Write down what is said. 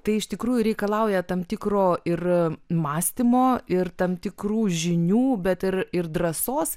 tai iš tikrųjų reikalauja tam tikro ir mąstymo ir tam tikrų žinių bet ir ir drąsos